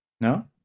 No